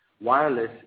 wireless